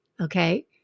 okay